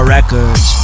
Records